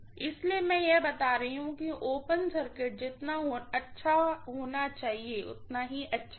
इसलिए मैं यह बता रही हूँ कि ओपन सर्किट जितना अच्छा होना चाहिए उतना ही अच्छा है